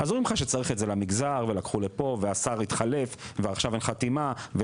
אז אומרים לך שצריך את זה למגזר ולקחו לפה והשר התחלף ועכשיו אין חתימה.